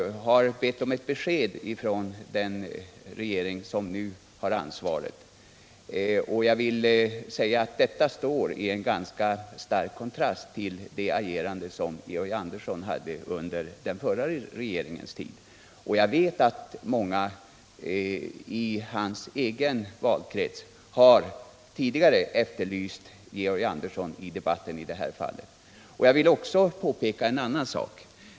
har bett om ett besked från den regering som nu har ansvaret. Det står dock i ganska stark kontrast ull Georg Anderssons agerande under den förra regeringens tid. Jag vet att många i hans egen valkrets tidigare har efterlyst Georg Andersson i debatten i detta fall. Jag vill också påpeka en annan sak.